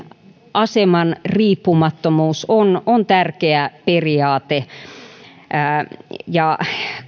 aseman riippumattomuus on on tärkeä periaate ja